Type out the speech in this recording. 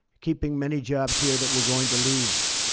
keeping many jobs here that were going to leave.